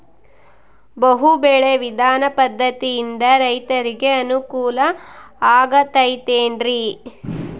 ಬಹು ಬೆಳೆ ವಿಧಾನ ಪದ್ಧತಿಯಿಂದ ರೈತರಿಗೆ ಅನುಕೂಲ ಆಗತೈತೇನ್ರಿ?